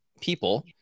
people